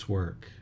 work